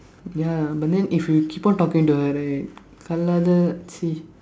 ya but then if you keep on talking to her right கல்லாத !chsi!